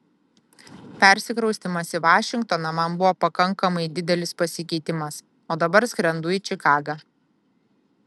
persikraustymas į vašingtoną man buvo pakankamai didelis pasikeitimas o dabar skrendu į čikagą